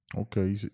Okay